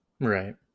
right